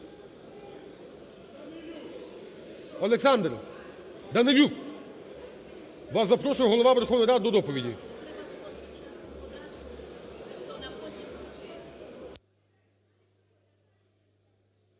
Олександр Данилюк, вас запрошує Голова Верховної Ради до доповіді.